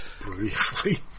Briefly